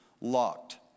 locked